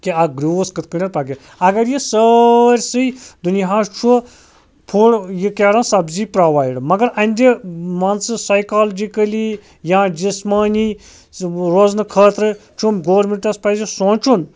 کہِ اکھ گرٛوٗس کِتھ کٔنۍ اگر یہِ سٲرسٕے دُنیاہَس چھُ فُل یہِ کَران سبزی پرٛوٚوایِڈ مگر یِہٕنٛدِ مان ژٕ سایکالجِکٔلی یا جسمٲنی روزنہٕ خٲطرٕ گورمٮ۪نٛٹَس پَزِ سونٛچُن